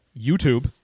YouTube